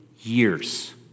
years